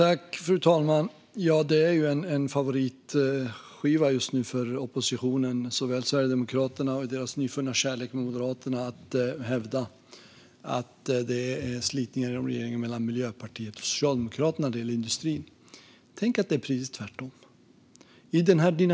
Fru talman! Det är en favoritskiva att spela för oppositionen just nu, såväl för Sverigedemokraterna som för deras nyfunna kärlek Moderaterna, att hävda att det är slitningar i regeringen mellan Miljöpartiet och Socialdemokraterna när det gäller industrin. Tänk att det är precis tvärtom!